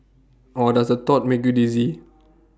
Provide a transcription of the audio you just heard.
or does the thought make you dizzy